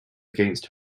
against